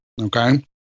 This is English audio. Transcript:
Okay